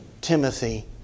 Timothy